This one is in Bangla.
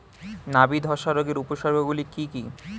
নাবি ধসা রোগের উপসর্গগুলি কি কি?